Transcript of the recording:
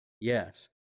Yes